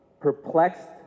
Perplexed